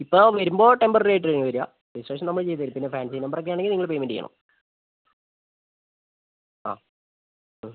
ഇപ്പോൾ വരുമ്പോൾ ടെമ്പററി ആയിട്ടായിരിക്കും വരിക രജിസ്ട്രേഷൻ നമ്മൾ ചെയ്ത് തരത്തില്ല ഫാൻസി നമ്പർ ഒക്കെ ആണെങ്കിൽ നിങ്ങൾ പേയ്മെന്റ് ചെയ്യണം ആ മ്